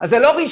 אז זה לא רשמי,